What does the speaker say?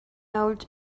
old